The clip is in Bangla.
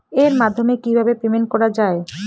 এর মাধ্যমে কিভাবে পেমেন্ট করা য়ায়?